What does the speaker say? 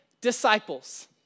disciples